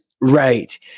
Right